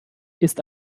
ist